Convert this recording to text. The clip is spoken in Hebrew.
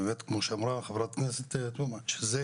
וכמו שאמרה חברת הכנסת עאידה תומא סלימאן שזה